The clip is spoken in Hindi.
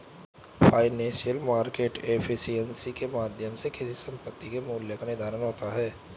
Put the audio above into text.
फाइनेंशियल मार्केट एफिशिएंसी के माध्यम से किसी संपत्ति के मूल्य का निर्धारण होता है